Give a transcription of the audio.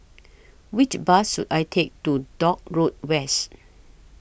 Which Bus should I Take to Dock Road West